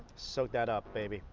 soak that up baby.